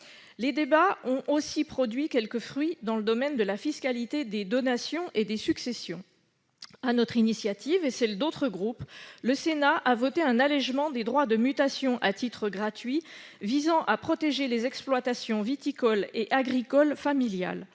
Les débats ont aussi produit quelques fruits dans le domaine de la fiscalité des donations et des successions. Sur notre initiative et sur celle d'autres groupes, le Sénat a adopté un allégement des droits de mutation à titre gratuit visant à protéger les exploitations viticoles et agricoles familiales.